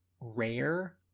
rare